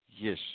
Yes